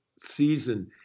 season